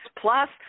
Plus